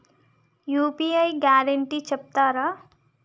UPI guarantee చెప్తారా?